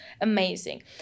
amazing